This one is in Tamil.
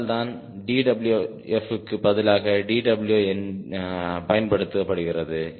அதனால்தான் dWfக்கு பதிலாக dW பயன்படுத்தப்படுகிறது